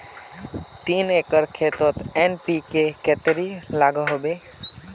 तीन एकर खेतोत एन.पी.के कतेरी लागोहो होबे?